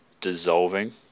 dissolving